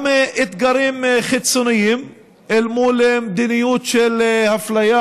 גם אתגרים חיצוניים אל מול מדיניות של אפליה